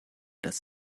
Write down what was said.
dass